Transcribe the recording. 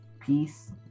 peace